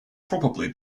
probably